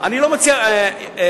בחינם.